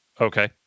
Okay